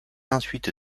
ensuite